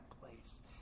place